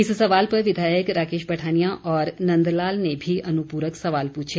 इस सवाल पर विधायक राकेश पठानिया और नंदलाल ने भी अनुपूरक सवाल पूछे